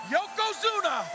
Yokozuna